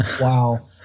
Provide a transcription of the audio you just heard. Wow